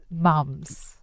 mums